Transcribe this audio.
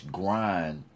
grind